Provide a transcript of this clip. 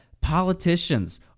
politicians